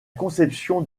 conception